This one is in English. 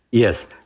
yes.